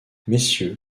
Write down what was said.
messieurs